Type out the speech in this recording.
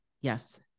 Yes